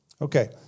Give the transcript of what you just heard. Okay